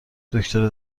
دکتره